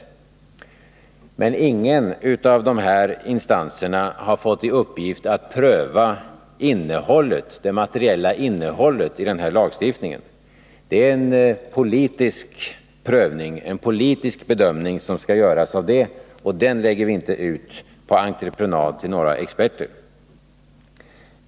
Men ingen av instanserna har fått till uppgift att pröva det materiella innehållet i den här lagstiftningen. Det är en politisk bedömning, och den bedömningen lägger vi inte ut på entreprenad till några experter.